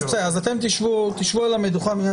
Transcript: אתם תשבו על המדוכה.